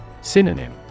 Synonym